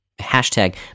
hashtag